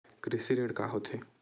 कृषि ऋण का होथे?